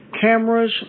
Cameras